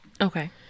Okay